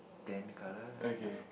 then colour